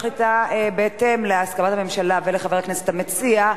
בהתאם להסכמת הממשלה וחבר הכנסת המציע,